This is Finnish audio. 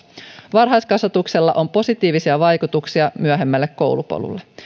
varhaiskasvatuksella on positiivisia vaikutuksia myöhemmälle koulupolulle